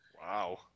Wow